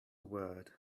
word